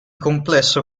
complesso